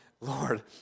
Lord